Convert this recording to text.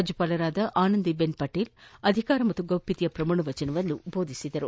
ರಾಜ್ಯಪಾಲರಾದ ಆನಂದಿ ಬೆನ್ ಪಟೇಲ್ ಅಧಿಕಾರ ಮತ್ತು ಗೌಪ್ಯತೆಯ ಪ್ರಮಾಣವಚನವನ್ನು ಬೋಧಿಸಿದರು